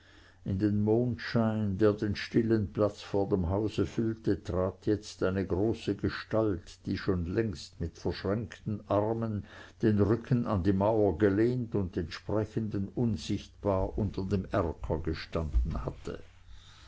in den mondschein der den stillen platz vor dem hause füllte trat jetzt eine große gestalt die schon längst mit verschränkten armen den rücken an die mauer gelehnt und den sprechenden unsichtbar unter dem erker gestanden hatte